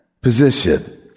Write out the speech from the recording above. position